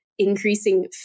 increasing